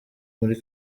muri